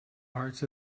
arts